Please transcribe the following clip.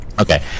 Okay